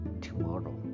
tomorrow